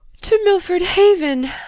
to milford haven.